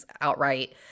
outright